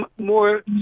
more